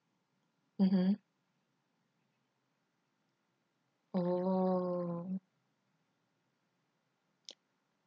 mmhmm oh